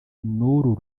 n’uru